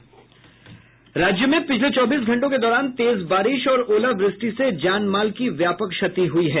राज्य में पिछले चौबीस घंटों के दौरान तेज बारिश और ओलावृष्टि से जानमाल की व्यापक क्षति पहुंची है